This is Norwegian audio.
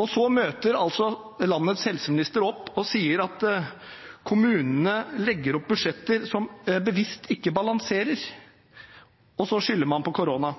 Og så møter altså landets helseminister opp og sier at kommunene legger opp budsjetter som bevisst ikke balanserer, og så skylder på korona.